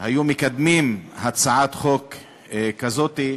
היו מקדמים הצעת חוק כזאת,